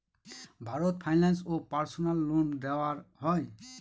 Bharat finance এ personal loan দেওয়া হয়?